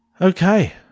Okay